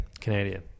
Canadian